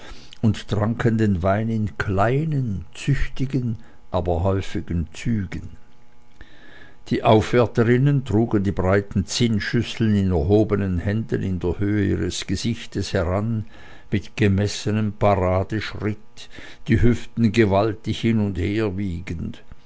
und tranken den wein in kleinen züchtigen aber häufigen zügen die aufwärterinnen trugen die breiten zinnschüsseln in erhobenen händen in der höhe ihres gesichtes heran mit gemessenem paradeschritt die hüften gewaltig hin und her wiegend